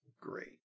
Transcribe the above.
great